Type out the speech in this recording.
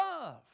love